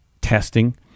testing